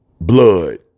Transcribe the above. blood